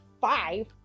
five